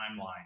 timeline